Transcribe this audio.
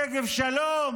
שגב שלום